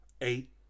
eight